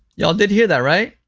y'all did hear that, right?